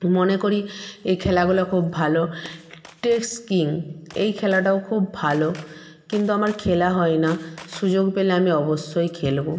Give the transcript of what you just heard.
মনে করি এই খেলাগুলো খুব ভালো টেস্কিং এই খেলাটাও খুব ভালো কিন্তু আমার খেলা হয় না সুযোগ পেলে আমি অবশ্যই খেলবো